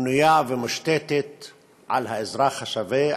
בנויה ומושתתת על האזרח השווה,